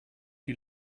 die